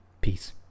Peace